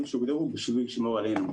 שהוגדרו, כפי שנאמר, בשביל לשמור עלינו.